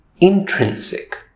intrinsic